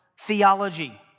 theology